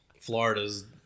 Florida's